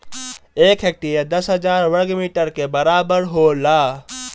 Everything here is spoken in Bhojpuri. एक हेक्टेयर दस हजार वर्ग मीटर के बराबर होला